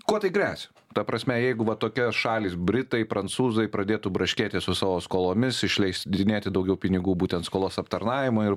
kuo tai gresia ta prasme jeigu va tokios šalys britai prancūzai pradėtų braškėti su savo skolomis išleis slidinėti daugiau pinigų būtent skolos aptarnavimo ir